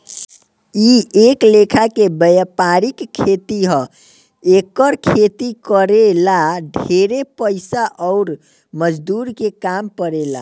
इ एक लेखा के वायपरिक खेती ह एकर खेती करे ला ढेरे पइसा अउर मजदूर के काम पड़ेला